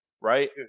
right